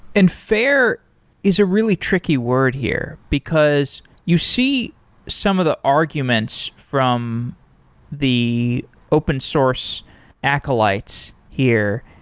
and fair is a really tricky word here, because you see some of the arguments from the open source acolytes here,